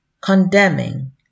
condemning